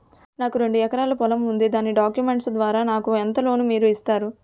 నాకు రెండు ఎకరాల పొలం ఉంది దాని డాక్యుమెంట్స్ ద్వారా నాకు ఎంత లోన్ మీరు ఇస్తారు?